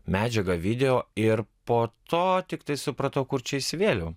medžiagą video ir po to tiktai supratau kur čia įsivėliau